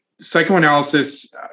psychoanalysis